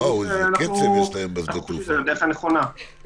לדעתנו זאת הדרך הנכונה.